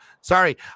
sorry